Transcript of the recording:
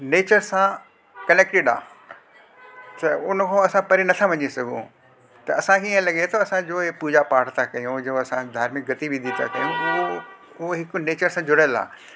nature सां connected आहे त उनखों असां परे नथा वञी सघूं त असांखे ईअं लॻे थो असां जो हीअ पूजा पाठ था कयूं जो असां धार्मिक गतिविधि था कयूं उहो हिकु नेचर सां जुड़ियल आहे